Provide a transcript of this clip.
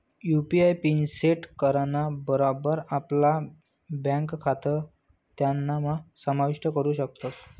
UPI PIN set कराना बरोबर आपला ब्यांक खातं त्यानाम्हा समाविष्ट करू शकतस